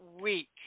week